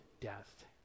death